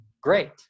great